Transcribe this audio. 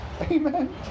Amen